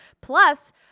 Plus